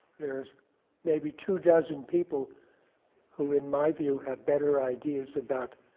there's maybe two dozen people who, in my view, have better ideas about